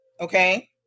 okay